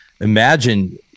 imagine